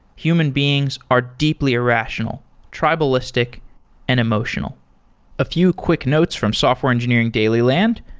human beings are deeply irrational, tribalistic and emotional a few quick notes from software engineering daily land,